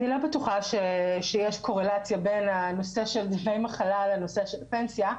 לא בטוחה שיש קורלציה בין הנושא של דמי מחלה לנושא של פנסיה.